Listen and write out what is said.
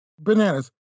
Bananas